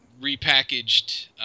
repackaged –